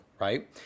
right